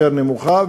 יותר נמוכה,